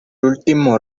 último